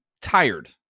tired